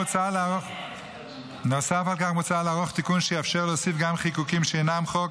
מוצע לערוך תיקון שיאפשר להוסיף גם חיקוקים שאינם חוק,